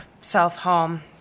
self-harm